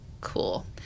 Cool